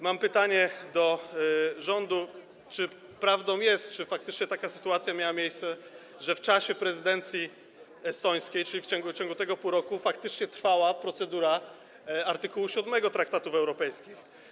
Mam pytanie do rządu: Czy prawdą jest i faktycznie taka sytuacja miała miejsce, że w czasie prezydencji estońskiej, czyli w ciągu tego pół roku, faktycznie trwała procedura z art. 7 traktatów europejskich?